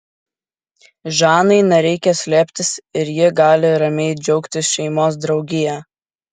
žanai nereikia slėptis ir ji gali ramiai džiaugtis šeimos draugija